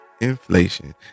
inflation